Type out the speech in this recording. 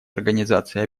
организации